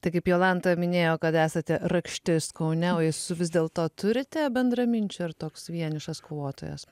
tai kaip jolanta minėjo kad esate rakštis kaune su vis dėlto turite bendraminčių ar toks vienišas kovotojas